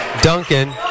Duncan